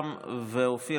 אופיר,